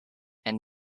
and